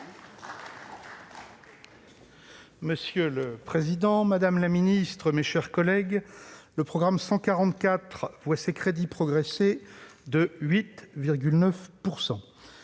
Monsieur le président, madame la ministre, mes chers collègues, le programme 144 voit ses crédits progresser de 8,9 %.